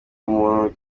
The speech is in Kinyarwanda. umuntu